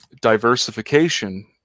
diversification